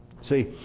See